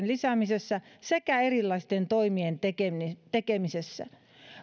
lisäämisessä sekä erilaisten toimien tekemisessä tekemisessä